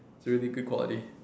really good quality